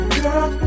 girl